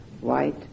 white